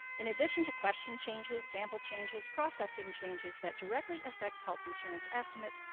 in addition to question changes, sample changes, processing changes that directly affect health insurance estimates,